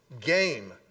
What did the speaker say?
game